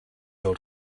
old